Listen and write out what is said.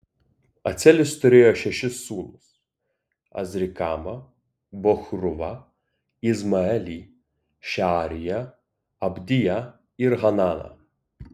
acelis turėjo šešis sūnus azrikamą bochruvą izmaelį šeariją abdiją ir hananą